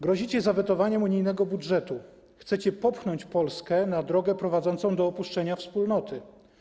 Grozicie zawetowaniem unijnego budżetu, chcecie popchnąć Polskę na drogę prowadzącą do opuszczenia Wspólnoty.